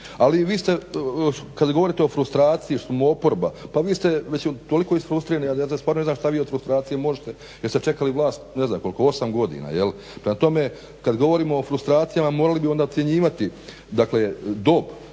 Ali vi ste kad govorite o frustraciji što smo oporba, pa vi ste već toliko isfrustrirani, ja ne znam što vi od frustracije možete jer ste čekali vlast 8 godina. Prema tome kad sam govorio o frustracijama morali bi onda ocjenjivati dob